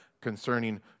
concerning